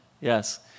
yes